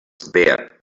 there